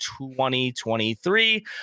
2023